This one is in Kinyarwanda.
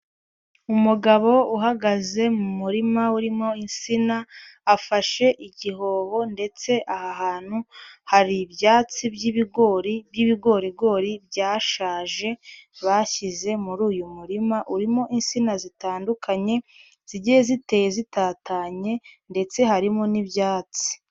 Umugabo uhagaze mu murima urimo insina, afashe igihobo ndetse aha hantu hari ibyatsi by'ibigori, by'bigorigori byashaje, bashyize muri uyu murima, urimo insina zitandukanye, zigiye ziteye zitatanye ndetse harimo n'ibyatsi.